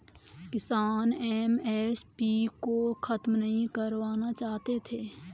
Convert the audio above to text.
किसान एम.एस.पी को खत्म नहीं करवाना चाहते थे